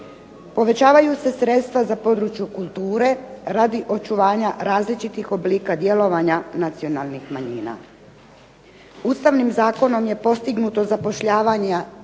Povećavaju se sredstva za područje kulture radi očuvanja različitih oblika djelovanja nacionalnih manjina. Ustavnim zakonom je postignuto zapošljavanje